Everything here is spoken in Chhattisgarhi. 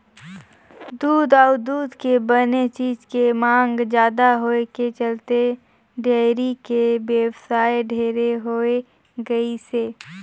दूद अउ दूद के बने चीज के मांग जादा होए के चलते डेयरी के बेवसाय ढेरे होय गइसे